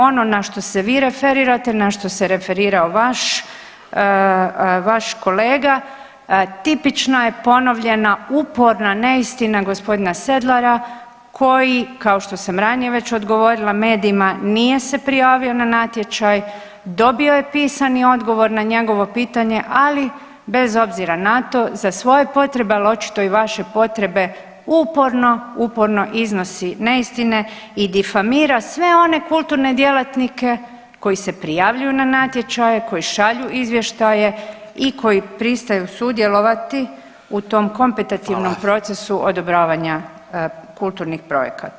Ono na što se vi referirate, na što se referirao vaš, vaš kolega tipična je ponovljena uporna neistina g. Sedlara koji kao što sam ranije već odgovorila medijima, nije se prijavio na natječaj, dobio je pisani odgovor na njegovo pitanje, ali bez obzira na to za svoje potrebe, al očito i vaše potrebe uporno uporno iznosi neistine i difamira sve one kulturne djelatnike koji se prijavljuju na natječaje, koji šalju izvještaje i koji pristaju sudjelovati u tom kompetativnom procesu odobravanja kulturnih projekata.